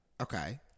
Okay